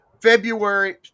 February